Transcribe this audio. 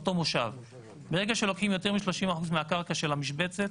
ברגע שלוקחים יותר מ-30% מהקרקע של המשבצת,